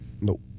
Nope